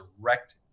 direct